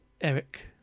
Eric